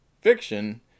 fiction